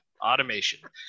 automation